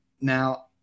now